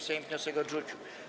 Sejm wniosek odrzucił.